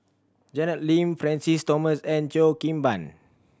Janet Lim Francis Thomas and Cheo Kim Ban